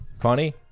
Connie